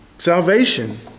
Salvation